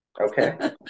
Okay